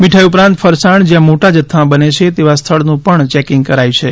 મીઠાઈ ઉપરાંત ફરસાણ જ્યાં મોટા જથ્થામાં બને છે તેવા સ્થળનું પણ ચેકિંગ કરાય છે